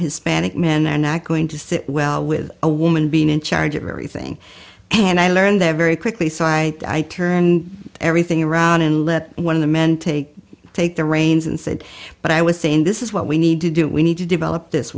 hispanic men are not going to sit well with a woman being in charge of everything and i learned that very quickly so i turned everything around and let one of the men take take the reins and said but i was saying this is what we need to do we need to develop this